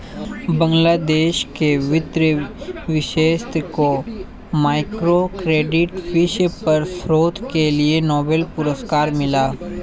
बांग्लादेश के वित्त विशेषज्ञ को माइक्रो क्रेडिट विषय पर शोध के लिए नोबेल पुरस्कार मिला